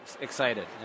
excited